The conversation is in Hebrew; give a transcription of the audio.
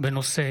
בנושא: